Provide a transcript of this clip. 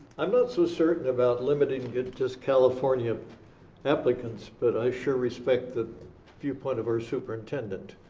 i'm not so certain about limiting it to just california applicants, but i sure respect the viewpoint of our superintendent.